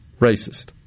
racist